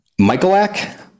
Michaelak